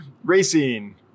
Racing